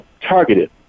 targeted